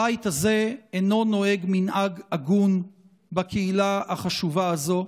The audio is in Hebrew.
הבית הזה אינו נוהג מנהג הגון בקהילה החשובה הזאת.